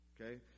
Okay